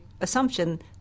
assumption